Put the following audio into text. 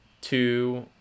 two